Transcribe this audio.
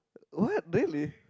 what really